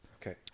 Okay